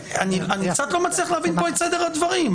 אני קצת לא מצליח להבין פה את סדר הדברים.